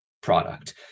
product